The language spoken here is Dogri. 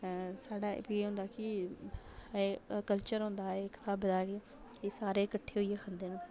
साढ़े एह् होंदा कि कल्चर होंदा इक स्हाबै दा एह् सारे कट्ठे होइयै खंदे न